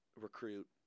recruit